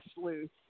sleuth